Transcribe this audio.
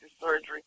surgery